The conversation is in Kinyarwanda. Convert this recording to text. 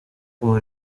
uwa